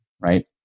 right